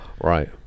right